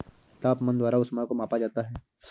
तापमान द्वारा ऊष्मा को मापा जाता है